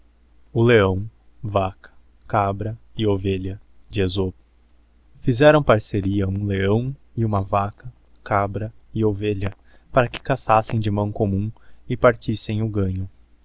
o leão vaca cabra e ovelha fizerão parceria hum leão e huma vaca cabra e ovelha para que caçassem de mão commum e partissem o ganho